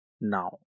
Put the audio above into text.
now